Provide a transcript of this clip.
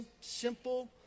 simple